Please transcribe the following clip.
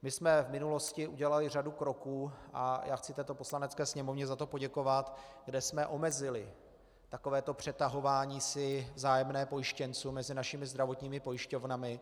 My jsme v minulosti udělali řadu kroků, a já chci této Poslanecké sněmovně za to poděkovat, kde jsme omezili přetahování si vzájemné pojištěnců mezi našimi zdravotními pojišťovnami.